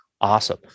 awesome